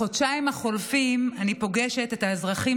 בחודשיים החולפים אני פוגשת את האזרחים